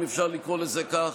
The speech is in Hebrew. אם אפשר לקרוא לזה כך,